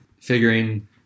figuring